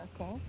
Okay